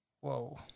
Whoa